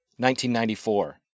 1994